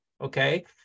Okay